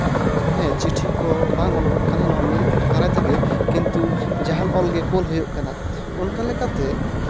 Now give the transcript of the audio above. ᱪᱤᱴᱷᱤ ᱠᱚ ᱵᱟᱝ ᱚᱞᱚᱜᱚᱜ ᱠᱟᱱᱟ ᱱᱚᱣᱟ ᱢᱮᱹᱞ ᱫᱟᱨᱟᱭ ᱛᱮᱜᱮ ᱠᱤᱱᱛᱩ ᱡᱟᱦᱟᱱ ᱚᱞᱜᱮ ᱠᱩᱞ ᱦᱩᱭᱩᱜ ᱠᱟᱱᱟ ᱚᱱᱠᱟ ᱞᱮᱠᱟᱛᱮ